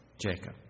Jacob